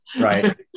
right